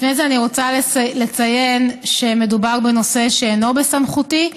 לפני כן אני רוצה לציין שמדובר בנושא שאינו בסמכותי.